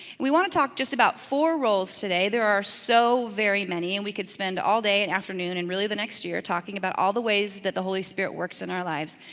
we wanna talk just about four roles today. there are so very many and we could spend all day and afternoon, and really the next year talking about all the ways that the holy spirit works in our lives,